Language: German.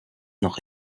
noch